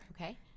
okay